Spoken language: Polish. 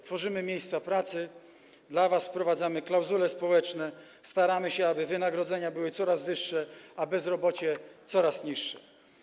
Tworzymy miejsca pracy, dla was wprowadzamy klauzule społeczne, staramy się, aby wynagrodzenia były coraz wyższe, a bezrobocie było coraz niższe.